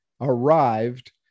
arrived